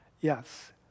yes